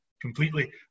completely